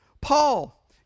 Paul